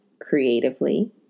creatively